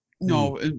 No